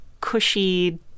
cushy